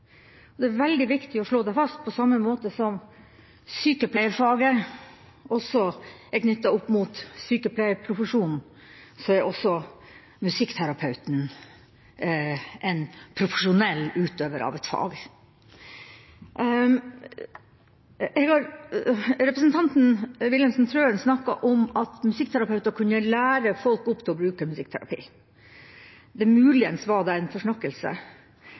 masterutdanning. Det er veldig viktig å slå det fast. På samme måte som sykepleieren er knyttet opp mot sykepleierprofesjonen, er også musikkterapeuten en profesjonell utøver av et fag. Representanten Wilhelmsen Trøen snakket om at musikkterapeuter kunne lære folk opp til å bruke musikkterapi. Muligens var det en forsnakkelse.